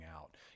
out